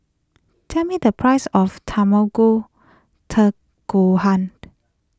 tell me the price of Tamago term Gohan